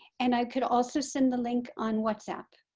and i could also send the link on whatsapp.